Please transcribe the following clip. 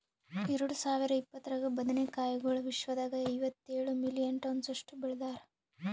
ಎರಡು ಸಾವಿರ ಇಪ್ಪತ್ತರಾಗ ಬದನೆ ಕಾಯಿಗೊಳ್ ವಿಶ್ವದಾಗ್ ಐವತ್ತೇಳು ಮಿಲಿಯನ್ ಟನ್ಸ್ ಅಷ್ಟು ಬೆಳದಾರ್